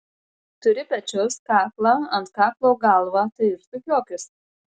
turi pečius kaklą ant kaklo galvą tai ir sukiokis